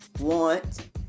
want